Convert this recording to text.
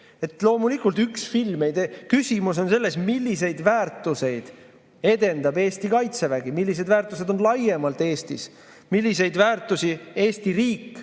Loomulikult üks film ei tee. Küsimus on selles, milliseid väärtuseid edendab Eesti Kaitsevägi, millised väärtused on laiemalt Eestis, milliseid väärtusi Eesti riik